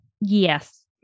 Yes